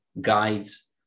guides